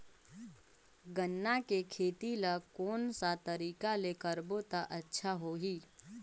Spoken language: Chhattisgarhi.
गन्ना के खेती ला कोन सा तरीका ले करबो त अच्छा होही?